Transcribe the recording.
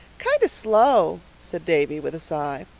kind of slow, said davy with a sigh.